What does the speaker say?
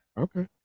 Okay